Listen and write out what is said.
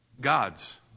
gods